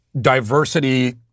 diversity